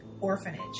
Orphanage